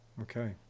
Okay